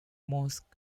mosques